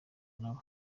nabo